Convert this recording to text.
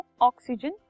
oxygen